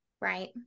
Right